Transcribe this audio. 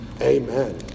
Amen